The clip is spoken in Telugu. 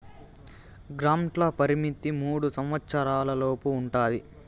గ్రాంట్ల పరిమితి మూడు సంవచ్చరాల లోపు ఉంటది